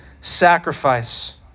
sacrifice